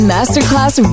Masterclass